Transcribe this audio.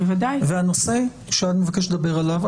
הנושא שאת מבקשת לדבר עליו,